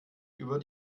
über